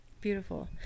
Beautiful